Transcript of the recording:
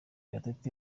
gatete